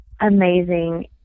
amazing